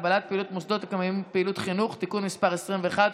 (הגבלת פעילות של מוסדות המקיימים פעילות חינוך) (תיקון מס' 21),